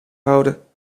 houden